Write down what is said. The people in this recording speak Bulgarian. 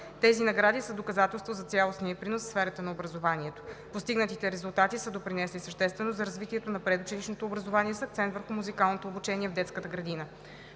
Тези награди са доказателство за цялостния принос в сферата на образованието. Постигнатите резултати са допринесли съществено за развитието на предучилищното образование с акцент върху музикалното обучение в детската градина.